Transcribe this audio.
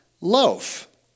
loaf